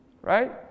Right